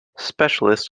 specialists